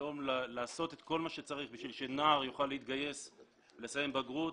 היום לעשות את כל מה שצריך בשביל שנער יוכל לסיים בגרות ולהתגייס,